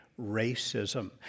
racism